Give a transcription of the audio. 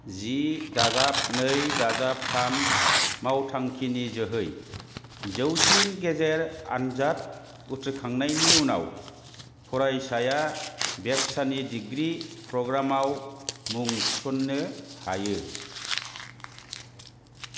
जि दाजाब नै दाजाब थाम मावथांखिनि जोहै जौसिन गेजेर आन्जाद उथ्रिखांनायनि उनाव फरायसाया बेब्सानि डिग्री प्रग्रामआव मुं थिसननो हायो